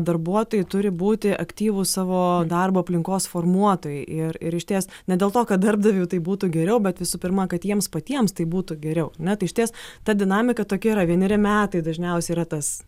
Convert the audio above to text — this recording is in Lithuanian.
darbuotojai turi būti aktyvūs savo darbo aplinkos formuotojai ir ir išties ne dėl to kad darbdaviui tai būtų geriau bet visų pirma kad jiems patiems tai būtų geriau ar ne išties ta dinamika tokia yra vieneri metai dažniausiai yra tas